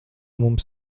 mums